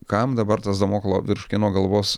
kam dabar tas damoklo virš kieno galvos